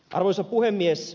arvoisa puhemies